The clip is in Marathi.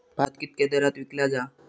भात कित्क्या दरात विकला जा?